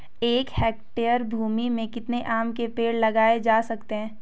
एक हेक्टेयर भूमि में कितने आम के पेड़ लगाए जा सकते हैं?